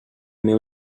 meu